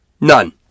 None